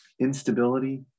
instability